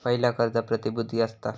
पयला कर्ज प्रतिभुती असता